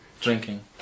Drinking